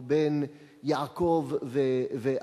או בין יעקב ואחמד,